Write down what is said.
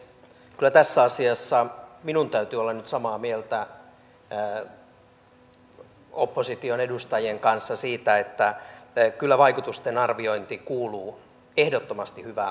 kyllä tässä asiassa minun täytyy olla nyt samaa mieltä opposition edustajien kanssa siitä että kyllä vaikutusten arviointi kuuluu ehdottomasti hyvään lainsäädäntötyöhön